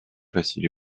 facile